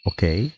Okay